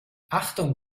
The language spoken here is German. achtung